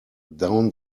down